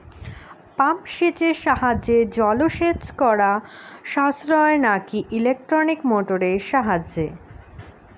Pump সেটের সাহায্যে জলসেচ করা সাশ্রয় নাকি ইলেকট্রনিক মোটরের সাহায্যে?